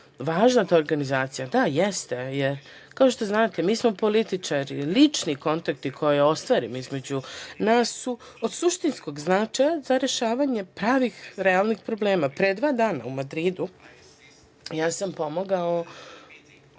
važna ta organizacija. Da, jeste. Kao što znate, mi smo političari i lični kontakti koje ostvarimo između nas su od suštinskog značaja za rešavanje pravih realnih problema. Pre dva dana u Madridu sam pomogao